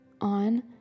on